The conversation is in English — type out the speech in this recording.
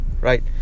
Right